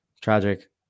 Tragic